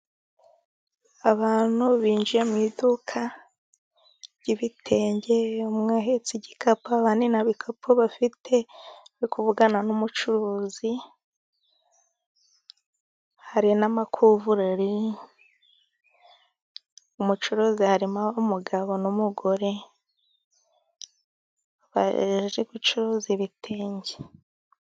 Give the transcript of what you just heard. Abantu binjiye mu iduka ry'ibitenge, umwe ahetse igikapu abandi nta bikapu bafite, ari kuvugana n'umucuruzi hari n'amakuvureri, umucuruzi harimo umugabo n'umugore baje gucuruza ibitenge .